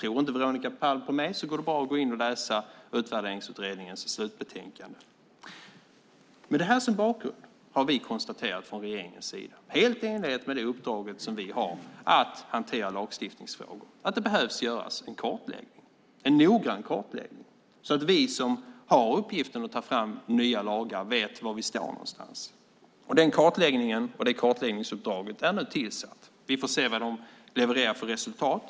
Om inte Veronica Palm tror på mig går det bra att gå in och läsa Utvärderingsutredningens slutbetänkande. Med detta som bakgrund har vi konstaterat från regeringens sida - helt i enlighet med det uppdrag som vi har att hantera lagstiftningsfrågor - att det behöver göras en kartläggning. Det behövs en noggrann kartläggning så att vi som har uppgiften att ta fram nya lagar vet var vi står någonstans. Den kartläggningen och det kartläggningsuppdraget är nu tillsatt. Vi får se vad de levererar för resultat.